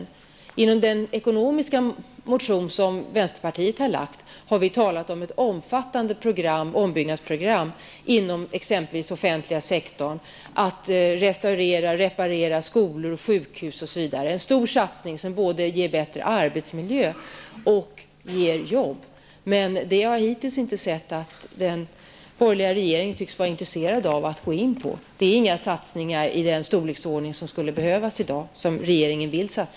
I den motion om den ekonomiska politiken som vänsterpartiet har väckt har vi talat om ett omfattande ombyggnadsprogram inom exempelvis den offentliga sektorn för att reparera och restaurera skolor, sjukhus osv. Det är fråga om en stor satsning som både skulle leda till en bättre arbetsmiljö och skapa arbeten, men vi har hittills inte sett att den borgerliga regeringen är intresserad av det förslaget. Regeringen vill inte göra satsningar av den storleksordning som i dag skulle behövas.